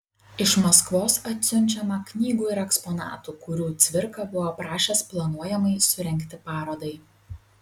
iš maskvos atsiunčiama knygų ir eksponatų kurių cvirka buvo prašęs planuojamai surengti parodai